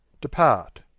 Depart